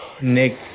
Nick